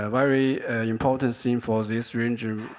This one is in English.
ah very important seen for this region,